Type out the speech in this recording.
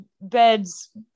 beds